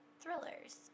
thrillers